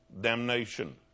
Damnation